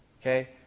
Okay